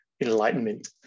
enlightenment